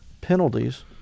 penalties